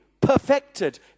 perfected